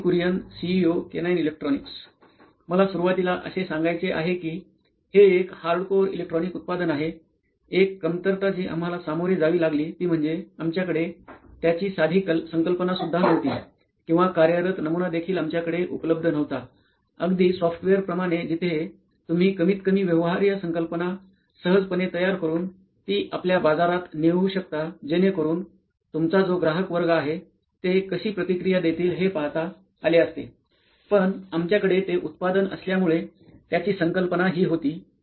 Nitin Kurian COO Canine electronics मला सुरवातीला असे सांगायचे आहे कि हे एक हार्डकोर इलेक्ट्रॉनिक उत्पादन आहे एक कमतरता जी आम्हाला सामोरे जावी लागली ती म्हणजे आमच्याकडे त्याची साधी संकल्पना सुद्धा न्हवती किंवा कार्यरत नमुनादेखील आमच्याकडे उपलब्ध न्हवता अगदी सॉफ्टवेरप्रमाणे जिथे तुम्ही कमीतकमी व्यवहार्य संकल्पना सहजपणे तयार करुन ती आपल्या बाजारात नेऊ शकता जेणेकरून तुमचा जो ग्राहक वर्ग आहे ते कशी प्रतिक्रीया देतील हे पाहता आले असते पण आमच्याकडे ते उत्पादन असल्यामुळे त्याची संकल्पना हि होती